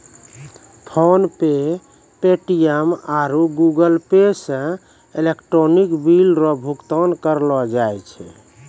PhonePe Paytm आरु Google Pay से electronic bill रो भुगतान करलो जाय छै